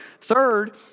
Third